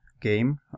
game